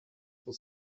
for